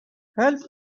help